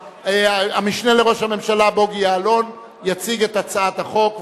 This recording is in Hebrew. המשנה לראש הממשלה בוגי יעלון יציג את הצעת החוק.